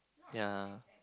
ya